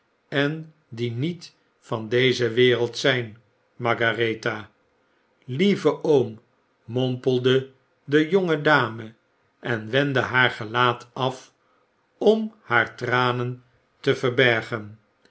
en die niet van deze wereld zp margaretha lieve oom mompelde de jonge dame en wendde haar gelaat af om haar tranen te verbergen